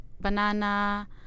banana